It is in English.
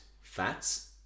fats